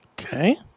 Okay